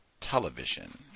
television